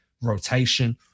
rotation